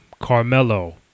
Carmelo